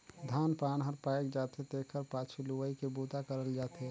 धान पान हर पायक जाथे तेखर पाछू लुवई के बूता करल जाथे